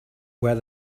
where